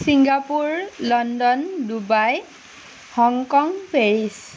Singapore London Dubai Hong Kong Paris